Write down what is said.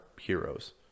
heroes